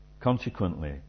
Consequently